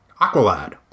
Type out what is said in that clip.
Aqualad